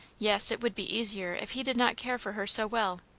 yes, it would be easier if he did not care for her so well,